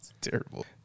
terrible